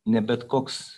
ne bet koks